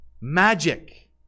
magic